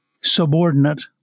subordinate